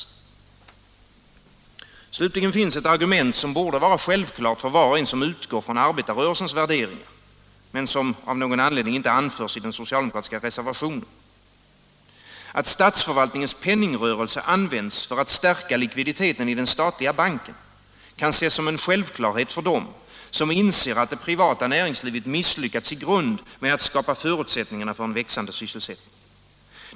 Upphävande av Slutligen finns ett argument, som borde vara självklart för var och = statlig myndighets en som utgår från arbetarrörelsens värderingar men som av någon an = skyldighet att anlita ledning inte anförs i den socialdemokratiska reservationen. Att stats PK-banken förvaltningens penningrörelse används för att stärka likviditeten i den statliga banken kan ses som en självklarhet för dem som inser, att det privata näringslivet misslyckats i grund med att skapa förutsättningarna för en växande sysselsättning.